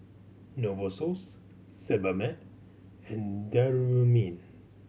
Novosource Sebamed and Dermaveen